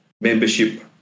membership